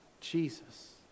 Jesus